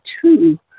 two